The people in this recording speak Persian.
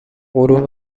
غرور